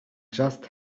just